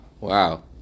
wow